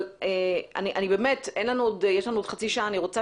אבל באמת יש לנו עוד חצי שעה ואני רוצה